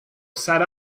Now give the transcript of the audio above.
sat